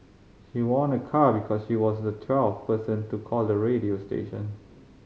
she won a car because she was the twelfth person to call the radio station